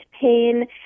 pain